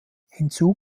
hinzu